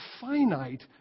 finite